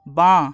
বাঁ